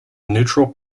neutral